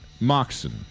Moxon